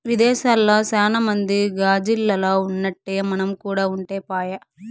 విదేశాల్ల సాన మంది గాజిల్లల్ల ఉన్నట్టే మనం కూడా ఉంటే పాయె